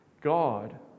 God